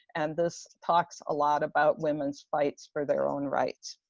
and this talks a lot about women's fights for their own rights.